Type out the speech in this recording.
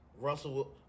Russell